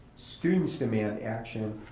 students demand action,